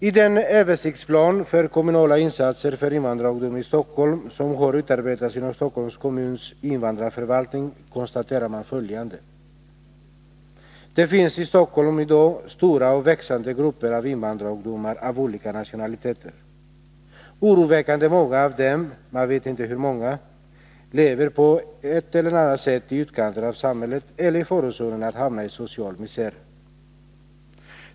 I den översiktsplan för kommunala insatser för invandrarungdom i Stockholm som har utarbetats inom Stockholms Kommuns invandrarförvaltning konstaterar man följande: Det finns i Stockholm i dag stora och växande grupper av invandrarungdomar av olika nationaliteter. Oroväckande många av dem — man vet inte hur många — lever på ett eller annat sätt i utkanten av samhället eller i farozonen att hamna i social misär.